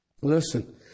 Listen